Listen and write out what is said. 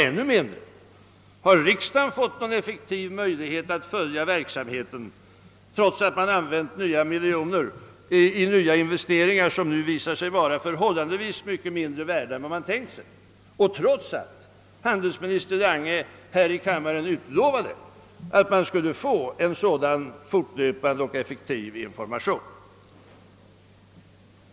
Ännu mindre har riksdagen fått någon effektiv möjlighet att följa verksamheten, trots att det använts nya miljoner till investeringar som nu visat sig vara förhållandevis mycket mindre värda än man tänkt sig och trots att handelsminister Lange här i kammaren utlovade att vi skulle få en fortlöpande och effektiv information.